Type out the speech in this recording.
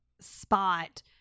spot